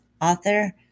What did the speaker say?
author